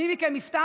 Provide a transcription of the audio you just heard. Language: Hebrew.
אם מי מכם יפתח